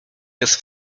jest